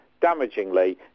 damagingly